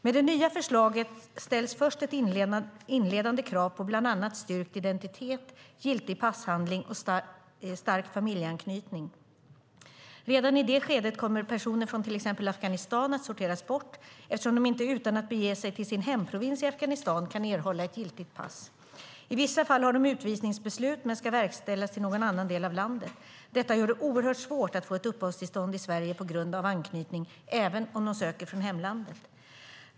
Med det nya förslaget ställs först ett inledande krav på bl.a. styrkt identitet, giltig passhandling och stark familjeanknytning. Redan i det skedet kommer personer från t.ex. Afghanistan att sorteras bort eftersom de inte utan att bege sig till sin hemprovins i Afghanistan kan erhålla ett giltigt pass. I vissa fall har de utvisningsbeslut men ska verkställas till någon annan del av landet. Detta gör det oerhört svårt att få ett uppehållstillstånd i Sverige på grund av anknytning även om de söker från hemlandet.